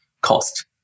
cost